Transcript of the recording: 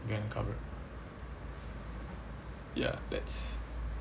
you want to cover it ya that's